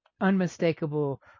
unmistakable